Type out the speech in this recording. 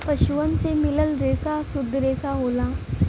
पसुअन से मिलल रेसा सुद्ध रेसा होला